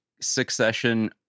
Succession